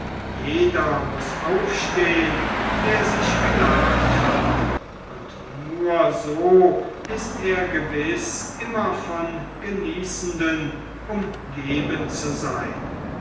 jeder muß aufstehen der sich gelabt hat und nur so ist er gewiß immer von genießenden umgeben zu sein